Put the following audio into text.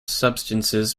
substances